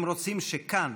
הם רוצים שכאן,